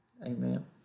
Amen